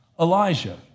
Elijah